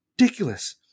Ridiculous